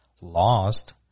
lost